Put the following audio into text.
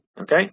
Okay